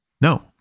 No